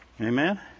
Amen